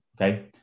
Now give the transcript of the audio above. okay